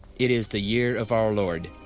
it is the year of our lord,